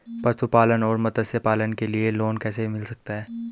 पशुपालन और मत्स्य पालन के लिए लोन कैसे मिल सकता है?